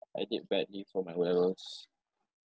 I did badly for my O levels